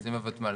נמצאים בותמ"ל.